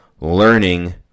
learning